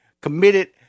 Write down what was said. committed